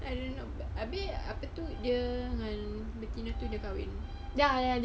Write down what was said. I don't know but habis apa tu dia dengan betina tu dah kahwin